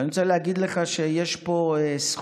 ואני רוצה להגיד לך שיש פה זכויות